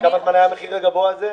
וכמה זמן היה המחיר הגבוה הזה?